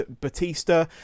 Batista